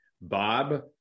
Bob